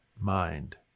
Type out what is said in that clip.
mind